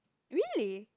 really